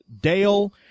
Dale